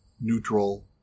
neutral